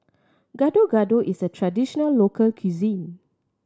Gado Gado is a traditional local cuisine